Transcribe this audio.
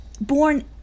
born